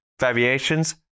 variations